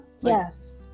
yes